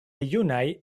junaj